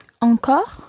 Encore